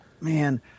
man